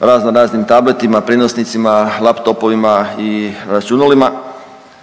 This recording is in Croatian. raznoraznim tabletima, prijenosnicima, laptopovima i računalima,